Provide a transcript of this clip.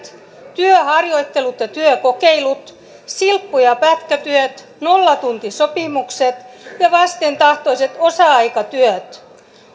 työharjoittelut ja työkokeilut silppu ja pätkätyöt nollatuntisopimukset ja vastentahtoiset osa aikatyöt